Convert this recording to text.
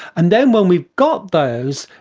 and then when we've got those,